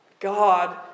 God